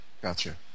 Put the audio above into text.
Gotcha